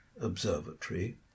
observatory